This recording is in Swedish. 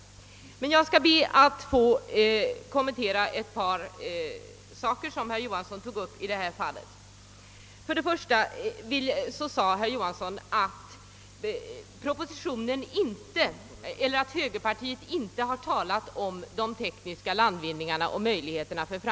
Om jag sedan något skall kommentera ett par saker som herr Johansson tog upp, så sade herr Johansson bl.a. att högerpartiet inte har talat om de tekniska landvinningarna i framtiden.